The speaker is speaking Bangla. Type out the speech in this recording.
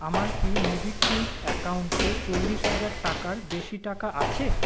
আমার কি মোবিকুইক অ্যাকাউন্টে চল্লিশ হাজার টাকার বেশি টাকা আছে